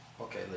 okay